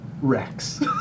Rex